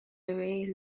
away